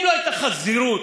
אם לא הייתה חזירות,